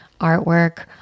artwork